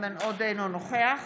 אינו נוכח